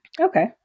Okay